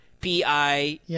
P-I